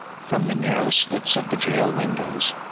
from the narrow slits of the jail windows,